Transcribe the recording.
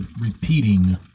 repeating